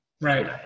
right